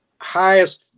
highest